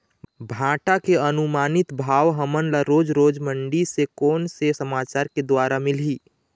भांटा के अनुमानित भाव हमन ला रोज रोज मंडी से कोन से समाचार के द्वारा मिलही?